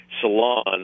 salon